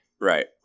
Right